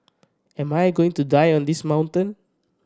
am I going to die on this mountain